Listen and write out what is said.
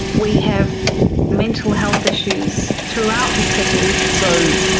we have mental health issues throughout the city. so,